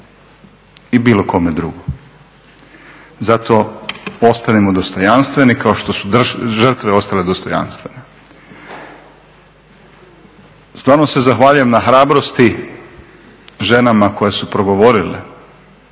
i bilo kome drugome. Zato ostanimo dostojanstveni kao što su žrtve ostale dostojanstvene. Stvarno se zahvaljujem na hrabrosti ženama koje su progovorile